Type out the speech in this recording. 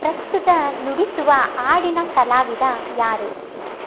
ಪ್ರಸ್ತುತ ನುಡಿಸುವ ಹಾಡಿನ ಕಲಾವಿದ ಯಾರು